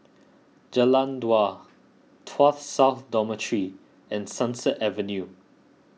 Jalan Dua Tuas South Dormitory and Sunset Avenue